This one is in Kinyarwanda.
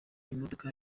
imodoka